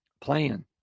plan